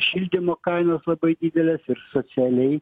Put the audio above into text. šildymo kainos labai didelės ir socialiai